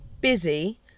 busy